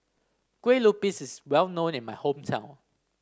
Kue Lupis is well known in my hometown